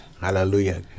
Hallelujah